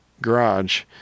garage